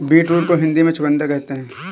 beetroot को हिंदी में चुकंदर कहते हैं